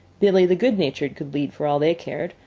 billee, the good-natured, could lead for all they cared,